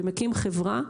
שמקים חברה,